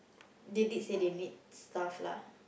they did say they need stuffs lah